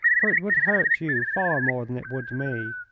for it would hurt you far more than it would me.